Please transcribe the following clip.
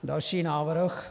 Další návrh.